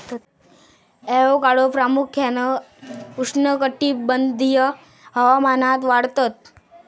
avocado प्रामुख्यान उष्णकटिबंधीय हवामानात वाढतत